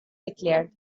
geklärt